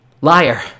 Liar